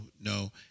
no